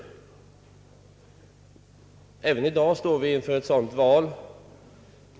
Även i dag står vi inför ett sådant val.